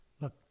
look